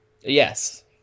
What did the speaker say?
Yes